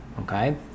okay